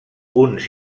uns